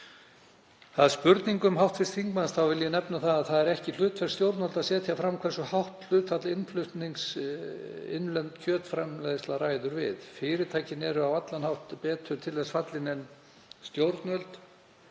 Varðandi spurningar hv. þingmanns vil ég nefna að það er ekki hlutverk stjórnvalda að setja fram hversu hátt hlutfall innflutnings innlend kjötframleiðsla ræður við. Fyrirtækin eru á allan hátt betur til þess fallin en stjórnvöld,